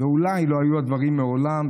ואולי לא היו הדברים מעולם,